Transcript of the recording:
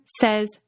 says